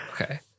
Okay